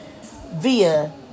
via